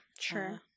Sure